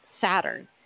Saturn